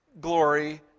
glory